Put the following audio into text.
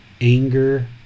anger